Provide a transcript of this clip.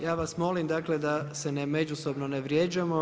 Ja vas molim da se međusobno ne vrijeđamo.